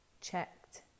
checked